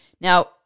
Now